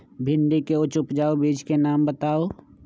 भिंडी के उच्च उपजाऊ बीज के नाम बताऊ?